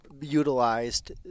utilized